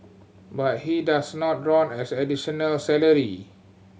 but he does not draw as additional salary